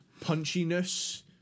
punchiness